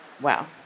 Wow